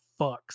fucks